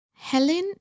Helen